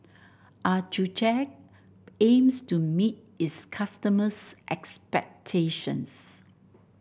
Accucheck aims to meet its customers' expectations